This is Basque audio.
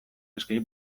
escape